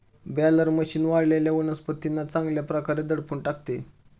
baler machine वाळलेल्या वनस्पतींना चांगल्या प्रकारे दडपून टाकते